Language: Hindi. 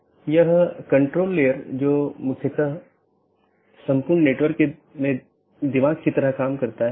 तो यह एक सीधे जुड़े हुए नेटवर्क का परिदृश्य हैं